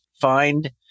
find